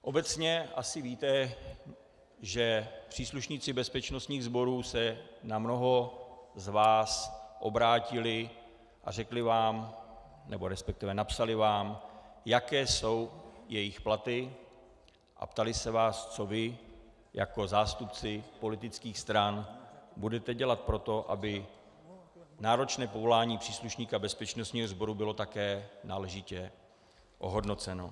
Obecně asi víte, že příslušníci bezpečnostních sborů se na mnoho z vás obrátili a řekli vám, resp. napsali vám, jaké jsou jejich platy, a ptali se vás, co vy jako zástupci politických stran budete dělat pro to, aby náročné povolání příslušníka bezpečnostního sboru bylo také náležitě ohodnoceno.